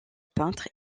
peintre